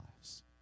lives